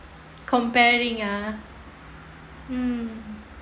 comparing ya mm